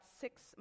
six